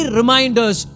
reminders